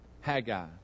Haggai